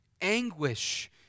anguish